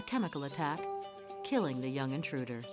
a chemical attack killing the young intruders